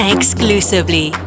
Exclusively